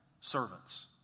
servants